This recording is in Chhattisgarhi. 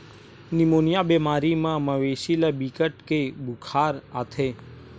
निमोनिया बेमारी म मवेशी ल बिकट के बुखार आथे